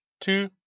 Two